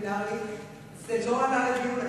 זה לא עלה לדיון.